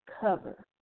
cover